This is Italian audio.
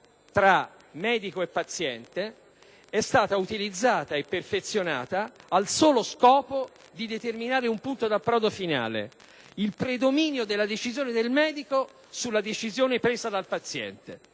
tra medico e paziente è stata utilizzata e perfezionata al solo scopo di determinare un punto di approdo finale: il predominio della decisione del medico sulla decisione presa dal paziente.